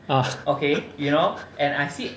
ah